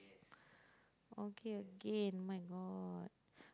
okay again [oh]-my-god